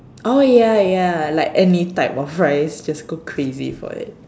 oh ya ya like any type of rice just go crazy for it